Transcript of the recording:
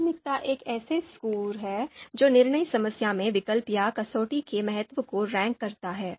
प्राथमिकता एक ऐसा स्कोर है जो निर्णय समस्या में विकल्प या कसौटी के महत्व को रैंक करता है